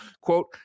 Quote